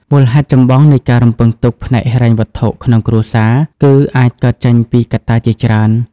មូលហេតុចម្បងនៃការរំពឹងទុកផ្នែកហិរញ្ញវត្ថុក្នុងគ្រួសារ គឺអាចកើតចេញពីកត្តាជាច្រើន ។